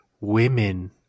women